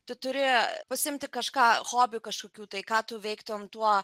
tu turi pasiimti kažką hobių kažkokių tai ką tu veiktum tuo